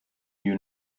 you